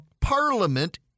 parliament